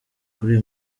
kuri